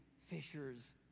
fishers